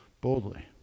boldly